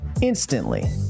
Instantly